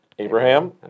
Abraham